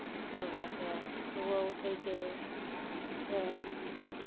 तब जा कऽ सुबह उठै छै तऽ